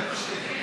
בטח שיהיה.